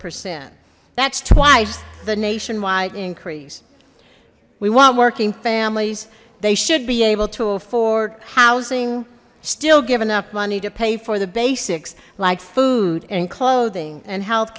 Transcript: percent that's twice the nationwide increase we want working families they should be able to afford housing still give enough money to pay for the basics like food and clothing and health